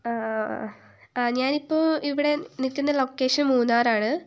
ആ ആ ആ ആ ഞാനിപ്പോൾ ഇവിടെ നിൽക്കുന്ന ലൊക്കേഷൻ മൂന്നാർ ആണ്